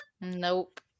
nope